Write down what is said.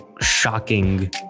shocking